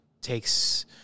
takes